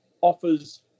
offers